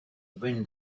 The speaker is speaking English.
wind